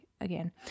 again